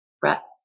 Brett